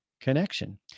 connection